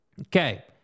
okay